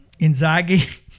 Inzaghi